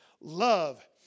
Love